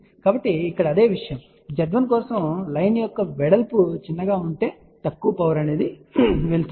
కాబట్టి ఇక్కడ అదే విషయం Z1 కోసం లైన్ యొక్క వెడల్పు చిన్నగా ఉంటే తక్కువ పవర్ వెళ్తుంది